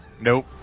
Nope